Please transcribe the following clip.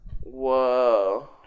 Whoa